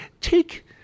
take